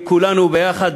כולנו ביחד,